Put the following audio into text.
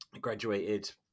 graduated